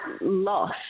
loss